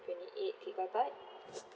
twenty eight gigabyte